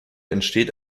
entsteht